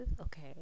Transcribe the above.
Okay